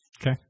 okay